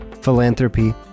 philanthropy